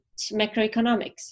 macroeconomics